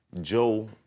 Joe